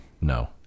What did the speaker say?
No